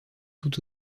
tout